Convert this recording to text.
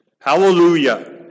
Hallelujah